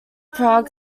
prague